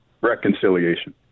reconciliation